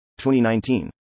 2019